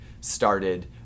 started